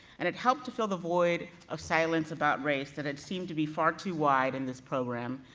and it helped to fill the void of silence about race that had seemed to be far to wide in this program,